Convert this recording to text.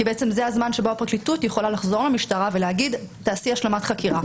כי זה הזמן שבו הפרקליטות יכולה לחזור למשטרה ולהגיד: תעשי השלמת חקירה.